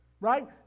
right